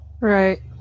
Right